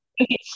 Okay